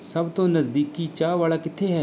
ਸਭ ਤੋਂ ਨਜ਼ਦੀਕੀ ਚਾਹ ਵਾਲ਼ਾ ਕਿੱਥੇ ਹੈ